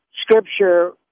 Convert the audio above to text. scripture